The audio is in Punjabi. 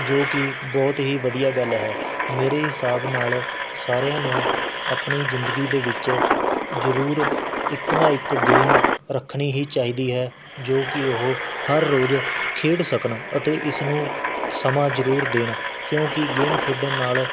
ਜੋ ਕਿ ਬਹੁਤ ਹੀ ਵਧੀਆ ਗੱਲ ਹੈ ਮੇਰੇ ਹਿਸਾਬ ਨਾਲ਼ ਸਾਰਿਆਂ ਨੂੰ ਆਪਣੀ ਜ਼ਿੰਦਗੀ ਦੇ ਵਿੱਚ ਜ਼ਰੂਰ ਇੱਕ ਨਾ ਇੱਕ ਗੇਮ ਰੱਖਣੀ ਹੀ ਚਾਹੀਦੀ ਹੈ ਜੋ ਕਿ ਉਹ ਹਰ ਰੋਜ਼ ਖੇਡ ਸਕਣ ਅਤੇ ਇਸਨੂੰ ਸਮਾਂ ਜ਼ਰੂਰ ਦੇਣ ਕਿਉਂਕਿ ਗੇਮ ਖੇਡਣ ਨਾਲ਼